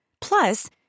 Plus